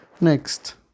Next